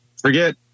forget